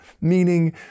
meaning